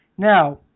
Now